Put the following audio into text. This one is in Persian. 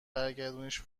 برگردونیش